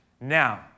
Now